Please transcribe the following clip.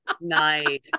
nice